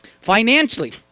Financially